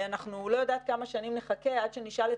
ואני לא יודעת כמה שנים נחכה לפני שנשאל את